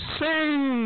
sing